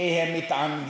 כי הם מתענגים,